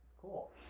Cool